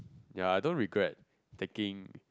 ya I don't regret taking